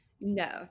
No